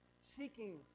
seeking